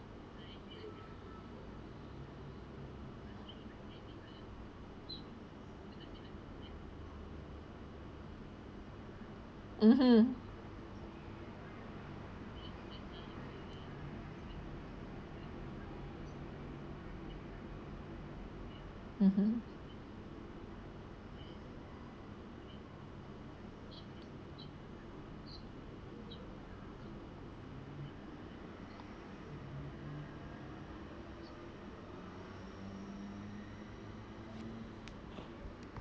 mm hmm mm hmm